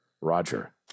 Roger